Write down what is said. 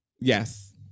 Yes